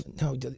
No